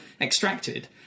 extracted